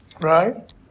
Right